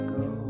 go